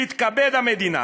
יתכבדו המדינה